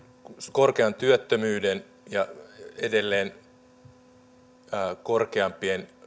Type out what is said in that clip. korkean työttömyyden ja edelleen korkeampien